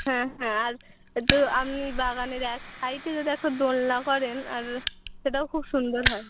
হ্যাঁ হ্যাঁ আর একটু আমনি বাগানের এক সাইডে যদি একটা দোলনা করেন আর সেটাও খুব সুন্দর হয়